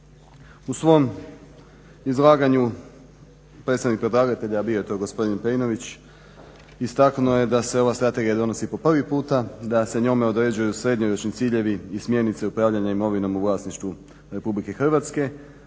U svom izlaganju predstavnik predlagatelja, a bio je to gospodin Pejnović, istaknuo je da se ova strategija donosi po prvi puta, da se njome određuju srednjoročni ciljevi i smjernice upravljanja imovinom u vlasništvu Republike Hrvatske.